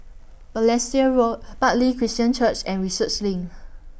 Balestier Road Bartley Christian Church and Research LINK